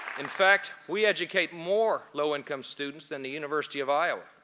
in fact, we educate more low-income students than the university of iowa,